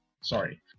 Sorry